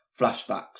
flashbacks